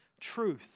truth